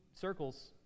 circles